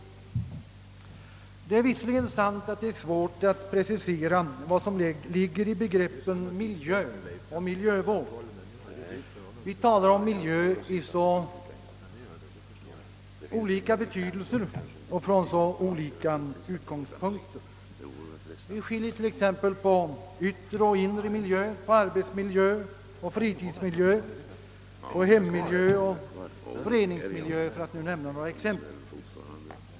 Det är visserligen sant att det är svårt att precisera vad som ligger i begreppen miljö och miljövård. Vi talar om miljö i så olika betydelser och med så olika utgångspunkter. Vi skiljer på yttre och inre miljö, på arbetsmiljö och fritidsmiljö, på hemmiljö och föreningsmiljö, för att nu nämna några exempel.